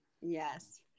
Yes